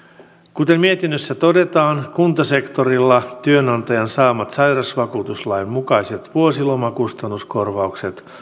kuten mietinnössä todetaan kuntasektorilla työnantajan saamat sairausvakuutuslain mukaiset vuosilomakustannuskorvaukset